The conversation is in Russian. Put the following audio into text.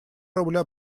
рубля